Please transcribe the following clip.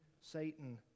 Satan